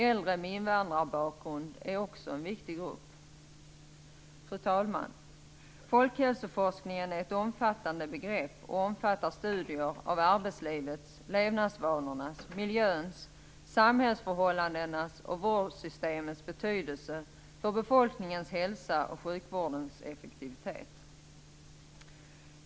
Äldre med invandrarbakgrund är också en viktig grupp. Fru talman! Folkhälsoforskningen är ett omfattande begrepp och omfattar studier av arbetslivets, levnadsvanornas, miljöns, samhällsförhållandenas och vårdsystemens betydelse för befolkningens hälsa samt hälso och sjukvårdens effektivitet.